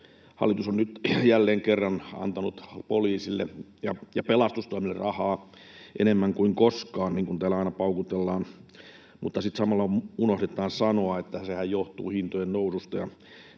hallitus on nyt jälleen kerran antanut poliisille ja pelastustoimelle rahaa enemmän kuin koskaan, niin kuin täällä aina paukutellaan, mutta samalla unohdetaan sanoa, että sehän johtuu hintojen noususta.